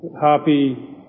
Happy